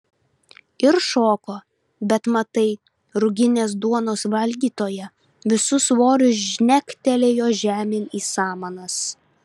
ir šoko bet matai ruginės duonos valgytoja visu svoriu žnegtelėjo žemėn į samanas